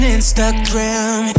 Instagram